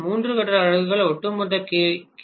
மூன்று கட்ட அலகுகளின் ஒட்டுமொத்த கே